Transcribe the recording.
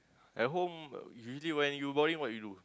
at home you usually when you boring what you do